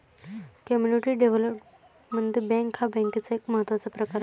community development bank हा बँकेचा एक महत्त्वाचा प्रकार आहे